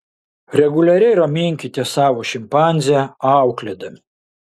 reguliariai raminkite savo šimpanzę auklėdami